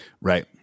Right